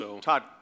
Todd